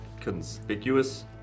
conspicuous